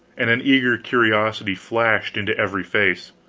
and an eager curiosity flashed into every face.